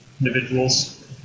individuals